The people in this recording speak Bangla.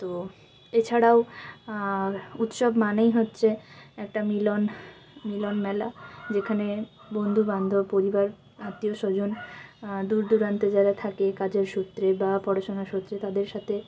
তো এছাড়াও উৎসব মানেই হচ্ছে একটা মিলন মিলনমেলা যেখানে বন্ধু বান্ধব পরিবার আত্মীয়স্বজন দূর দূরান্তে যারা থাকে কাজের সূত্রে বা পড়াশোনার সূত্রে তাদের সাথে